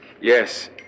Yes